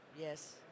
Yes